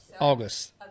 August